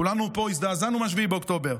כולנו פה הזדעזענו מ-7 באוקטובר.